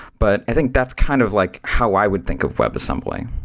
but i think that's kind of like how i would think of webassembly.